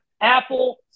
Apple